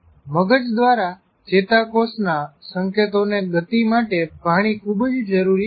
મગજ દ્વારા ચેતાકોષના સંકેતોને ગતિ માટે પાણી ખૂબ જ જરૂરી છે